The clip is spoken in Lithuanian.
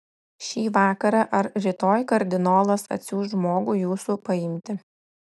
šį vakarą ar rytoj kardinolas atsiųs žmogų jūsų paimti